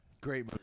Great